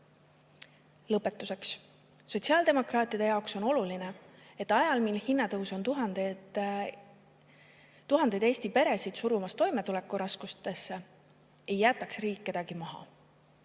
tegu. Lõpetuseks. Sotsiaaldemokraatide jaoks on oluline, et ajal, mil hinnatõus on tuhandeid Eesti peresid surumas toimetulekuraskustesse, ei jätaks riik kedagi maha